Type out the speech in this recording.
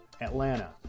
Atlanta